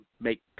make